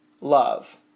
love